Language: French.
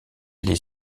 les